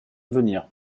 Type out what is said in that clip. venir